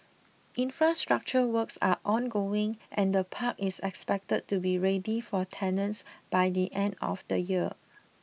infrastructure works are ongoing and the park is expected to be ready for tenants by the end of the year